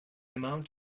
amount